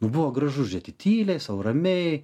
buvo gražu žiūrėti tyliai sau ramiai